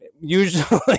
usually